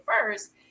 first